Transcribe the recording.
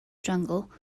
jungle